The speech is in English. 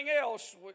else